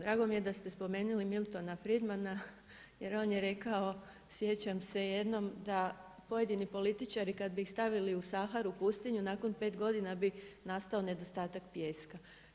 Drago mi je da ste spomenuli Milton Friedman, jer on je rekao, sjećam se jednom, da pojedini političari kada bi ih stavili u Saharu, pustinju, nakon 5 godina bi nastao nedostatak pijeska.